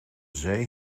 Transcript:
zee